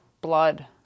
blood